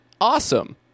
Awesome